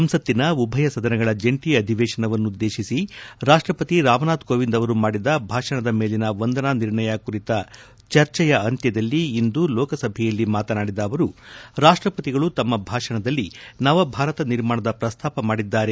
ಸಂಸತ್ತಿನ ಉಭಯ ಸದನಗಳ ಜಂಟ ಅಧಿವೇಶನವನ್ನುದ್ದೇಶಿಸಿ ರಾಷ್ಟಪತಿ ರಾಮನಾಥ್ ಕೋವಿಂದ್ ಅವರು ಮಾಡಿದ ಭಾಷಣದ ಮೇಲಿನ ವಂದನಾ ನಿರ್ಣಯ ಕುರಿತ ಚರ್ಚೆಯ ಅಂತ್ಯದಲ್ಲಿ ಇಂದು ಲೋಕಸಭೆಯಲ್ಲಿ ಮಾತನಾಡಿದ ಅವರು ರಾಷ್ಟಪತಿಗಳು ತಮ್ಮ ಭಾಷಣದಲ್ಲಿ ನವಭಾರತ ನಿರ್ಮಾಣದ ಪ್ರಸ್ತಾಪ ಮಾಡಿದ್ದಾರೆ